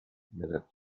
minutes